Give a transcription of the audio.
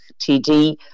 TD